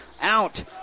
out